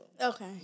Okay